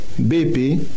BP